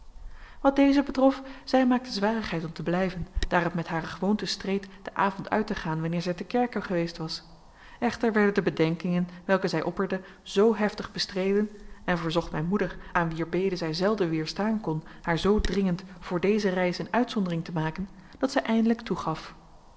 wat deze betrof zij maakte zwarigheid om te blijven daar het met hare gewoonte streed den avond uit te gaan wanneer zij ter kerke geweest was echter werden de bedenkingen welke zij opperde zoo heftig bestreden en verzocht mijn moeder aan wier bede zij zelden weerstaan kon haar zoo dringend voor deze reis een uitzondering te maken dat zij eindelijk toegaf